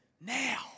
Now